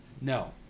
No